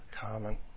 common